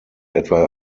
etwa